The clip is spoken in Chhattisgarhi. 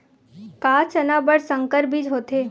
का चना बर संकर बीज होथे?